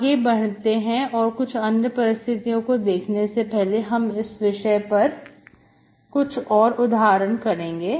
आगे बढ़ने और कुछ अन्य परिस्थितियों को देखने से पहले हम इस विषय पर कुछ उदाहरण करेंगे